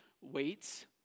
weights